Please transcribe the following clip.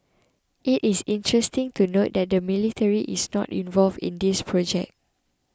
it is interesting to note that the military is not involved in this project